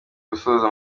gusoza